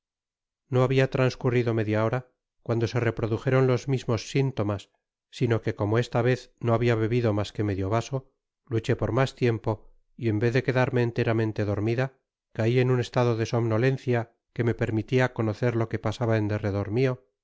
no habia transcurrido media hora cuando se reprodujeron los mismos sintomas sino que como esta vez no habia bebido mas que medio vaso tuché por mas tiempo y en vez de quedarme enteramente dormida cai en un estado de somnolencia que me permitia conocer lo que pasaba en derredor mio